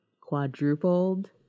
quadrupled